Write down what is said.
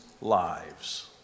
lives